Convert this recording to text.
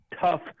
tough